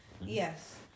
Yes